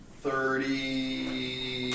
Thirty